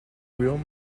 real